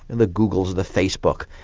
and the google, the facebook,